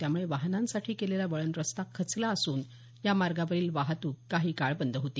त्यामुळे वाहनांसाठी केलेला वळण रस्ता खचला असून यामार्गावरील वाहतूकही काही काळ बद होती